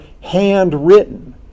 handwritten